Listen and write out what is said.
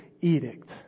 edict